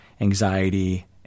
anxiety